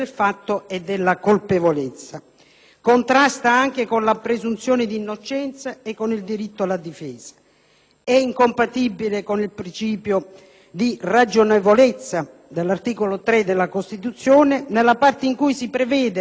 Contrasta anche con la presunzione di innocenza e con il diritto alla difesa; è incompatibile con il principio di ragionevolezza dell'articolo 3 della Costituzione nella parte in cui si prevede la sospensione del procedimento penale